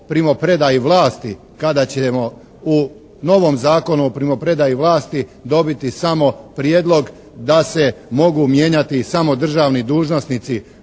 primopredaji vlasti kada ćemo u novom Zakonu o primopredaji vlasti dobiti samo prijedlog da se mogu mijenjati samo državni dužnosnici.